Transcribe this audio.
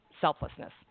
selflessness